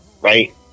right